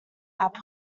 app